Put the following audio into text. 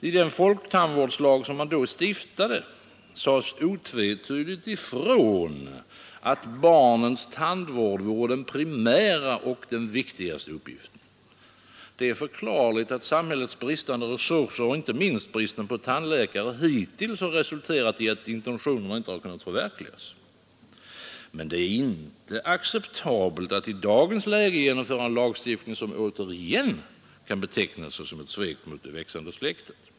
I den folktandsvårdslag som då stiftades sades otvetydigt ifrån att barnens tandvård vore den primära och den viktigaste uppgiften. Det är förklarligt att samhällets bristande resurser och inte minst bristen på tandläkare hittills har resulterat i att intentionerna inte kunnat förverkligas. Men det är inte acceptabelt att i dagens läge genomföra en lagstiftning som återigen kan betecknas såsom ett svek mot det uppväxande släktet.